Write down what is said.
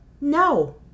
No